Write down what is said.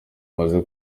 maze